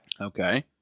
Okay